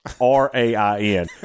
r-a-i-n